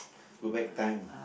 go back time